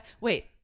Wait